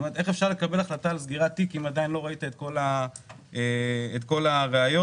איך אפשר לקבל החלטה על סגירת תיק אם עדיין לא ראית את כל הראיות?